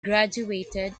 graduated